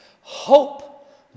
Hope